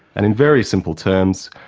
and in very simple terms,